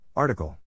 Article